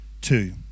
two